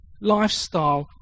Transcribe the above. lifestyle